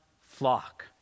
flock